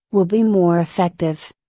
will be more effective.